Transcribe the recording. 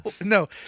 No